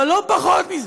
אבל לא פחות מזה,